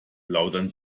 plaudern